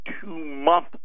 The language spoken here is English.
two-month